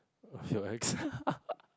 feel X